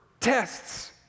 tests